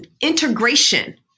integration